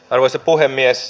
arvoisa puhemies